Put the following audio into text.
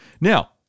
Now